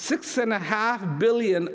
six and a half billion